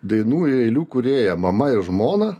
dainų eilių kūrėja mama ir žmona